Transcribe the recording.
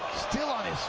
still on his